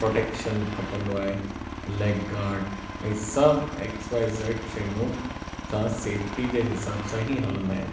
protection खपंदो आहे leg guard ऐं सभु एक्स वाय ज़ेड शयूं सां सेफ़्टी जे हिसाब सां ई हलंदा आहियूं